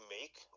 make